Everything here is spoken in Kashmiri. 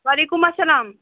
وعلیکُم اسلام